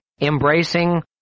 embracing